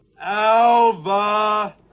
Alva